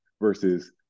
versus